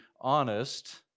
honest